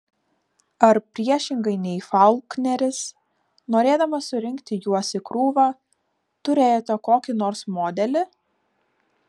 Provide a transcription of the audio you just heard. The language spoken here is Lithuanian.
ar priešingai nei faulkneris norėdamas surinkti juos į krūvą turėjote kokį nors modelį